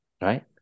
right